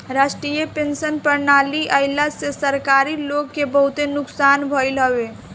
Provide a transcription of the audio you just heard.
राष्ट्रीय पेंशन प्रणाली आईला से सरकारी लोग के बहुते नुकसान भईल हवे